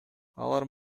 алар